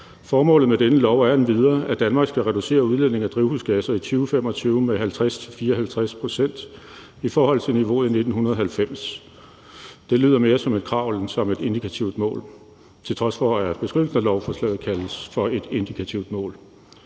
»Formålet med denne lov er endvidere, at Danmark skal reducere udledningen af drivhusgasser i 2025 med 50-54 pct. i forhold til niveauet i 1990.« Det lyder mere som et krav end som et indikativt mål, til trods for at man i lovforslaget kalder det for et indikativt mål.